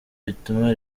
bituma